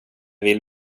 vill